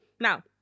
Now